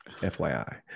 FYI